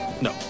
No